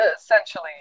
Essentially